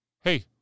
Hey